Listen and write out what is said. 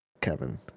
Kevin